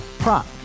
Prop